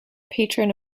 patron